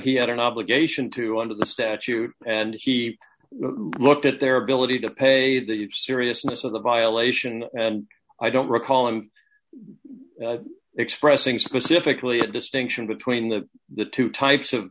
he had an obligation to under the statute and he looked at their ability to pay the seriousness of the violation and i don't recall him expressing specifically a distinction between the two types of